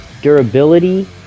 Durability